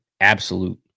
absolute